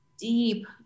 deep